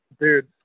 Dude